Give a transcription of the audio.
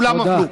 תודה.